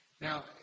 Now